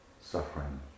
suffering